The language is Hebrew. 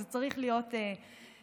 זה צריך להיות טריוויאלי.